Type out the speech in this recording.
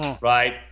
right